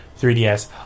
3DS